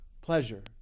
pleasure